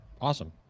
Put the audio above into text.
Awesome